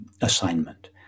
assignment